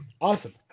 Awesome